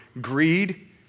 greed